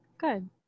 Good